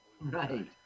Right